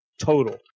Total